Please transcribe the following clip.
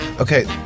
Okay